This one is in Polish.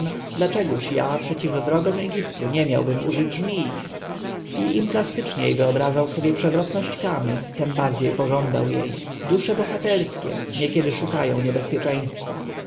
dlaczego ja przeciw wrogom egiptu nie miałbym użyć żmii i im plastyczniej wyobrażał sobie przewrotność kamy tem bardziej pożądał jej dusze bohaterskie niekiedy szukają niebezpieczeństwa